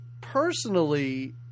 personally